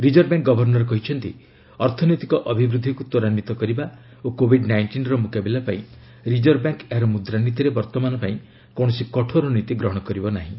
reserve bank governor କହିଛନ୍ତି ଅର୍ଥନୈତିକ ଅଭିବୃଦ୍ଧିକୁ ତ୍ୱରାନ୍ୱିତ କରିବା ଓ କୋଭିଡ୍ ନାଇଷ୍ଟିନର ମୁକାବିଲା ପାଇଁ ରିଜର୍ଭ ବ୍ୟାଙ୍କ ଏହାର ମୁଦ୍ରାନୀତିରେ ବର୍ତ୍ତମାନ ପାଇଁ କୌଣସି କଠୋର ନୀତି ଗ୍ରହଣ କରିବ ନାହିଁ